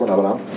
Abraham